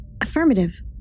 Affirmative